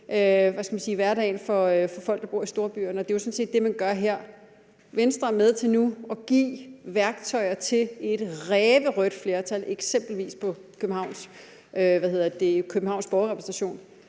hverdagen for folk, der bor i storbyerne, og det er jo sådan set det, man gør her. Venstre er nu med til at give værktøjer til, at et ræverødt flertal, eksempelvis i Københavns Borgerrepræsentation,